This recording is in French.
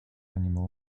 animaux